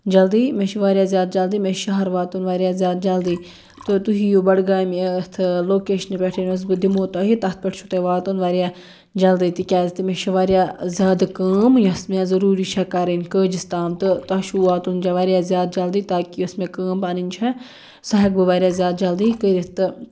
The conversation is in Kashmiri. جلدی مےٚ چھِ واریاہ زیادٕ جلدی مےٚ چھِ شہر واتُن واریاہ زیادٕ جلدی تہٕ تُہۍ یِیِو بَڈٕگامہِ یَتھ لوکیشنہِ پٮ۪ٹھ یۄس بہٕ دِمو تۄہہِ تَتھ پٮ۪ٹھ چھُو تۄہہِ واتُن واریاہ جلدی تِکیٛازِ تہِ مےٚ چھِ واریاہ زیادٕ کٲم یۄس مےٚ ضٔروٗری چھےٚ کَرٕنۍ کٲجِس تام تہٕ تۄہہِ چھُو واتُن واریاہ زیادٕ جلدی تاکہِ یۄس مےٚ کٲم پَنٕنۍ چھےٚ سۄ ہٮ۪کہٕ بہٕ واریاہ زیادٕ جلدی کٔرِتھ تہٕ